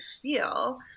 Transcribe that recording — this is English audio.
feel